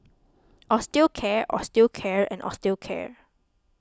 Osteocare Osteocare and Osteocare